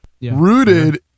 rooted